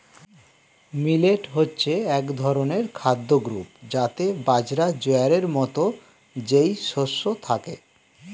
millet হচ্ছে এক ধরনের খাদ্য গ্রূপ যাতে বাজরা, জোয়ারের মতো যেই শস্য থাকে